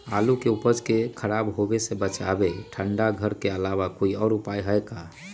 आलू के उपज के खराब होवे से बचाबे ठंडा घर के अलावा कोई और भी उपाय है का?